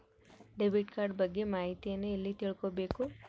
Debit card ಬಗ್ಗೆ ಮಾಹಿತಿಯನ್ನ ಎಲ್ಲಿ ತಿಳ್ಕೊಬೇಕು?